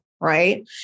right